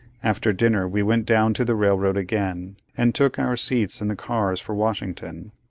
after dinner, we went down to the railroad again, and took our seats in the cars for washington.